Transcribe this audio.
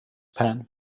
pen